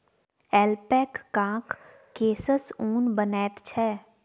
ऐल्पैकाक केससँ ऊन बनैत छै